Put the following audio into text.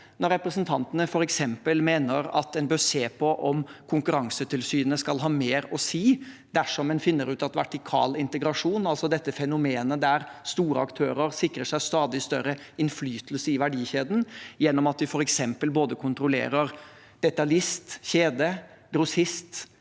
at representantene mener at en bør se på om Konkurransetilsynet skal ha mer å si ved vertikal integrasjon – altså dette fenomenet der store aktører sikrer seg stadig større innflytelse i verdikjeden gjennom at de f.eks. både kontrollerer detaljist, kjede, grossist,